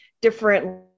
different